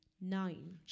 Nine